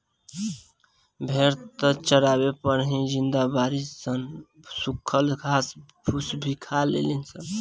भेड़ त चारवे पर ही जिंदा बाड़ी सन इ सुखल घास फूस भी खा लेवे ली सन